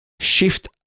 shift